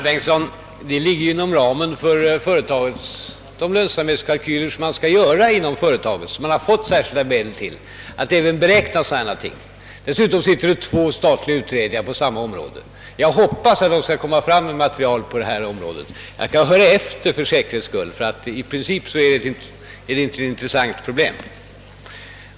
Herr talman! Det ligger inom ramen för de lönsamhetskalkyler som man skall göra inom företaget, herr Bengtson i Solna, och som man har fått särskilda medel till att även beräkna sådana ting. Dessutom arbetar två statliga utredningar på samma område, och jag hoppas att de skall kunna lägga fram material. För säkerhets skull skall jag höra efter, ty i princip är det ett intressant problem.